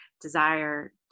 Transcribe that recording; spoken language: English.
desire